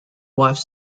life